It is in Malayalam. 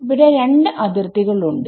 ഇവിടെ രണ്ട് അതിർത്തികൾ ഉണ്ട്